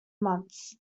months